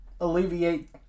alleviate